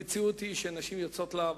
המציאות היא שנשים יוצאות לעבודה,